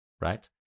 right